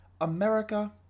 America